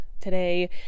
today